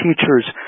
teachers